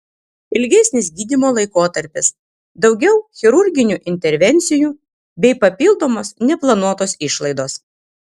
ilgesnis gydymo laikotarpis daugiau chirurginių intervencijų bei papildomos neplanuotos išlaidos